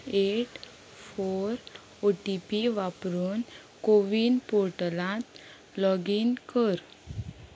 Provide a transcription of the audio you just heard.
eight four O T P वापरून कोवीन पोर्टलांत login कर